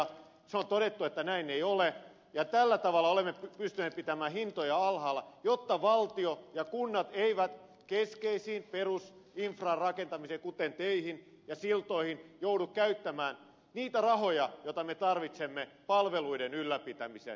se on todettu että näin ei ole ja tällä tavalla olemme pystyneet pitämään hintoja alhaalla jotta valtio ja kunnat eivät joudu käyttämään keskeisen perusinfran rakentamiseen kuten teihin ja siltoihin niitä rahoja joita me tarvitsemme palveluiden ylläpitämiseen